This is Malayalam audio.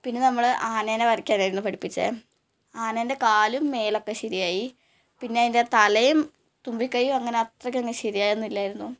പിന്നെ നമ്മൾ ആനേനെ വരയ്ക്കാനായിരുന്നു പഠിപ്പിച്ചത് ആനേൻ്റെ കാലും മേലൊക്കെ ശരിയായി പിന്നെ അതിൻ്റെ തലയും തുമ്പി കയ്യും അങ്ങനെ അത്രയ്ക്ക് അങ്ങ് ശരിയാകുന്നില്ലായിരുന്നു